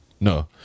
No